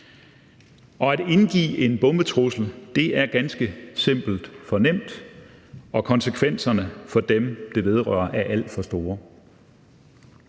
At indgive en bombetrussel er ganske simpelt for nemt, og konsekvenserne for dem, det vedrører, er alt for store.